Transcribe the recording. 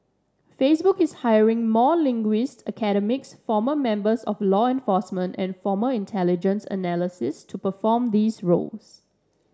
Facebook is hiring more linguists academics former members of law enforcement and former intelligence analysts to perform these roles